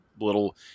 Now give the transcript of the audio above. little